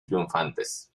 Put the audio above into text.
triunfantes